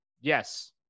yes